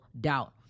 doubt